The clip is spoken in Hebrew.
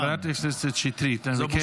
חברת הכנסת שטרית, אני מבקש.